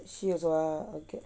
she also ah okay